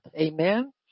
Amen